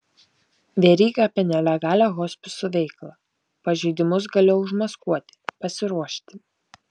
veryga apie nelegalią hospisų veiklą pažeidimus galėjo užmaskuoti pasiruošti